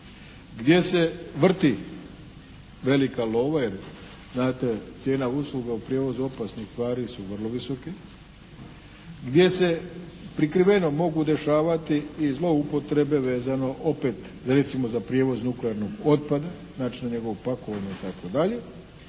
gdje se vrti velika lova jer znate cijena usluga u prijevozu opasnih tvari su vrlo visoke. Gdje se prikriveno mogu dešavati i zloupotrebe vezano opet recimo za prijevoz nuklearnog otpada, načina njegovog pakovanja i